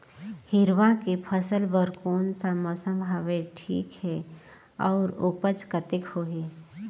हिरवा के फसल बर कोन सा मौसम हवे ठीक हे अउर ऊपज कतेक होही?